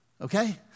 Okay